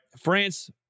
France